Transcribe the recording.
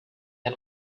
can